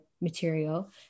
material